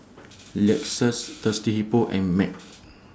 Lexus Thirsty Hippo and MAG